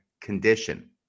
condition